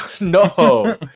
no